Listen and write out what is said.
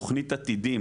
תכנית עתידים